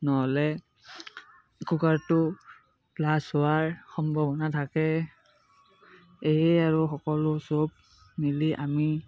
নহ'লে কুকাৰটো ব্লাষ্ট হোৱাৰ সম্ভাৱনা থাকে এয়ে আৰু সকলো চব মিলি আমি